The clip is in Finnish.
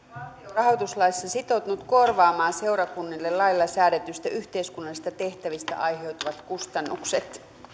rahoituslaissa sitoutunut korvaamaan seurakunnille lailla säädetyistä yhteiskunnallisista tehtävistä aiheutuvat kustannukset